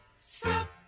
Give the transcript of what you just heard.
stop